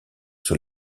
sur